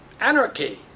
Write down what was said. anarchy